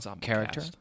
character